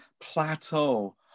plateau